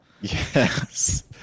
Yes